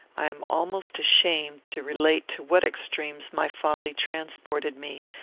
i am almost ashamed to relate to what extremes my folly transported me.